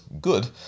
good